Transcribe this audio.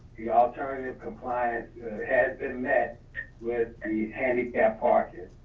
the alternative compliance has been met with and the handicap parking.